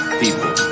people